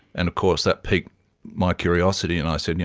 and of course that piqued my curiosity and i said, yeah